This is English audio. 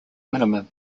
minimum